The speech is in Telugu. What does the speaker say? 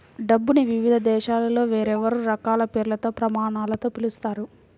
డబ్బుని వివిధ దేశాలలో వేర్వేరు రకాల పేర్లతో, ప్రమాణాలతో పిలుస్తారు